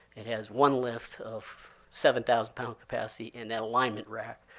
it has one lift of seven thousand pound capacity and an alignment rack.